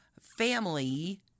family